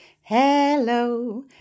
Hello